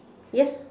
yes